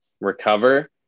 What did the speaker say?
recover